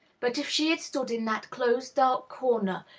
but, if she had stood in that close, dark corner,